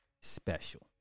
special